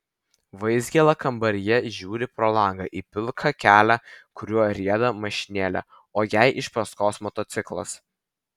vaizgėla kambaryje žiūri pro langą į pilką kelią kuriuo rieda mašinėlė o jai iš paskos motociklas